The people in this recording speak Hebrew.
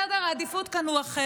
סדר העדיפות כאן הוא אחר.